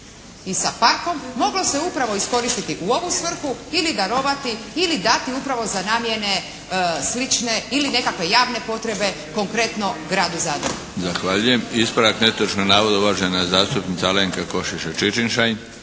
i sa parkom, moglo se upravo iskoristiti u ovu svrhu ili darovati ili dati upravo za namjene slične ili nekakve javne potrebe, konkretno gradu Zadru. **Milinović, Darko (HDZ)** Zahvaljujem. Ispravak netočnog navoda, uvažena zastupnica Alenka Košiša Čičin-Šain.